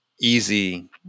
easy